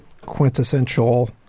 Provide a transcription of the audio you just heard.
quintessential